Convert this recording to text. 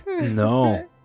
No